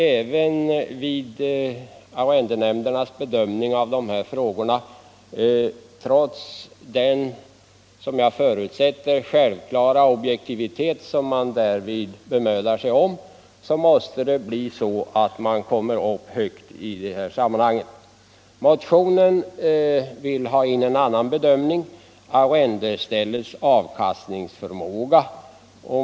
Även vid arrendenämndernas bedömning av dessa frågor måste man komma högt, trots den som jag förutsätter självklara objektivitet som man därvid bemödar sig om. Motionärerna vill ha in en annan bedömningsgrund, arrendeställets avkastningsförmåga.